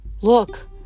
look